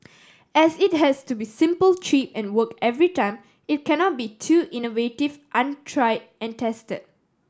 as it has to be simple cheap and work every time it cannot be too innovative untried and tested